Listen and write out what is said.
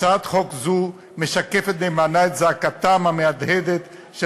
הצעת חוק זו משקפת נאמנה את זעקתם המהדהדת של